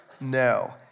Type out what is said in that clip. no